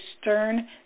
stern